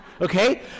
okay